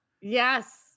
Yes